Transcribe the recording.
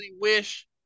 wish